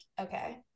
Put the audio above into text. Okay